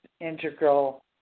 integral